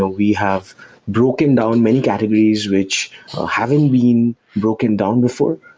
ah we have broken down many categories, which haven't been broken down before.